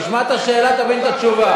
תשמע את השאלה, תבין את התשובה.